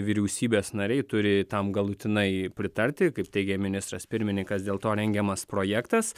vyriausybės nariai turi tam galutinai pritarti kaip teigė ministras pirmininkas dėl to rengiamas projektas